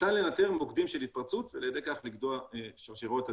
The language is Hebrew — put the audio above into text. ניתן לאתר מוקדי התפרצות ועל ידי כך לגדוע שרשראות הדבקה.